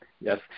yes